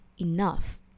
enough